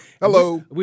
Hello